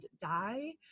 die